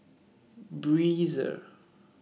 Breezer